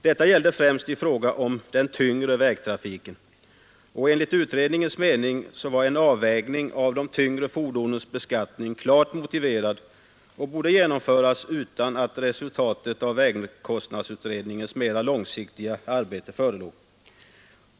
Detta gällde främst i fråga om den tyngre vägtrafiken. Enligt utredningens mening var en ändrad avvägning av de tyngre fordonens beskattning klart motiverad och borde genomföras utan att resultatet av vägkostnadsutredningens mera långsiktiga arbete förelåg.